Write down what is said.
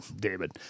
david